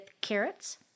carrots